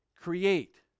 create